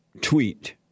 tweet